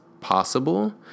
possible